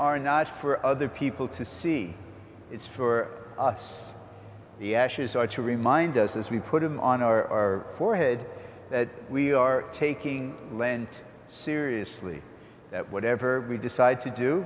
are not for other people to see it's for us the ashes are to remind us as we put them on our forehead that we are taking lent seriously that whatever we decide to do